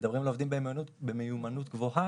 כשמדברים על עובדים במיומנות גבוהה,